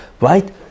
right